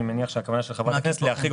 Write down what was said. אני מניח שהכוונה של חברת הכנסת להחריג